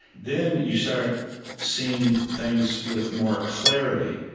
then you start seeing things with more clarity.